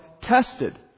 tested